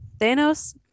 Thanos